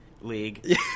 League